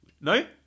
No